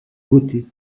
boutin